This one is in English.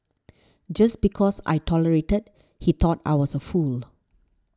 just because I tolerated he thought I was a fool